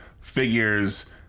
figures